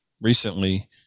recently